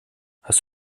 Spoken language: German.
hast